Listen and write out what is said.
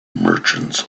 merchants